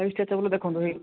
ଏଇ ଷ୍ଟ୍ରେଚେବୁଲ ଦେଖନ୍ତୁ ଏଇ